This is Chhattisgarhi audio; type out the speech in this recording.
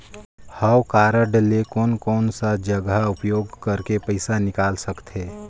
हव कारड ले कोन कोन सा जगह उपयोग करेके पइसा निकाल सकथे?